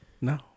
No